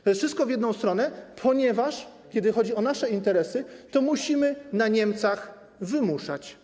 To jest wszystko w jedną stronę, ponieważ kiedy chodzi o nasze interesy, to musimy na Niemcach wymuszać.